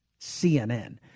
CNN